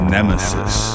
Nemesis